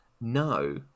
no